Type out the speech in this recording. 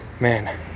man